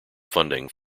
funding